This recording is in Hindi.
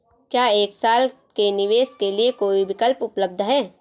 क्या एक साल के निवेश के लिए कोई विकल्प उपलब्ध है?